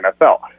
NFL